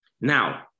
Now